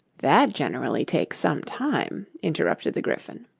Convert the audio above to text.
that generally takes some time interrupted the gryphon.